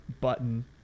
button